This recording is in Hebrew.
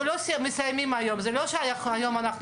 אנחנו לא מחליטים על זה שום דבר,